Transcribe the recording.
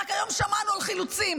רק היום שמענו על חילוצים.